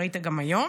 ראית גם היום,